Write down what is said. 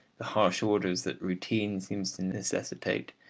the harsh orders that routine seems to necessitate,